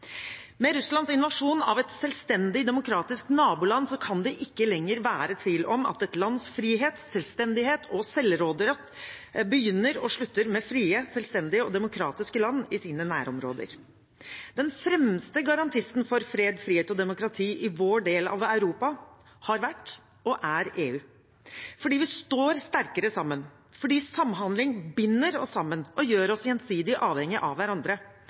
Med Russlands invasjon av et selvstendig demokratisk naboland kan det ikke lenger være tvil om at et lands frihet, selvstendighet og selvråderett begynner og slutter med frie, selvstendige og demokratiske land i dets nærområder. Den fremste garantisten for fred, frihet og demokrati i vår del av Europa har vært og er EU fordi vi står sterkere sammen, fordi samhandling binder oss sammen og gjør oss gjensidig avhengige av hverandre